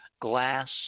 glass